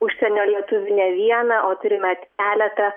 užsienio lietuvių ne vieną o turime keletą